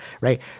Right